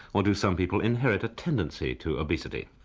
or do some people inherit a tendency to obesity?